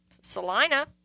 Salina